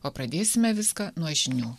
o pradėsime viską nuo žinių